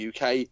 UK